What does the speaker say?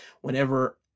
whenever